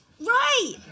Right